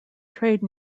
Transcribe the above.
trade